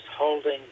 holding